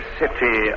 city